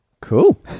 Cool